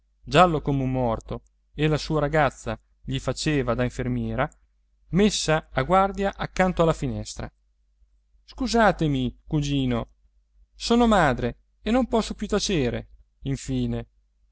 giallo come un morto e la sua ragazza gli faceva da infermiera messa a guardia accanto alla finestra scusatemi cugino sono madre e non posso più tacere infine